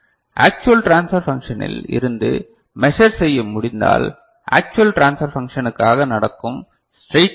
actual transfer பான்ச்ஷனில் இருந்து measure செய்ய முடிந்தால் ஆக்சுவல் டிரான்ஸ்ஃபர் பங்க்ஷனுக்காக நடக்கும் ஸ்ட்ரைட் லைன்